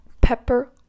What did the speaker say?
pepper